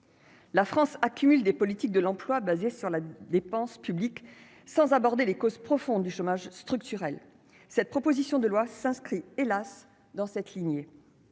La France accumule des politiques de l'emploi, basé sur la dépense publique, sans aborder les causes profondes du chômage structurel, cette proposition de loi s'inscrit, hélas dans cette lignée,